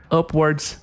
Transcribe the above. upwards